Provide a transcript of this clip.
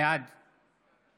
בעד